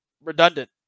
redundant